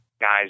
guys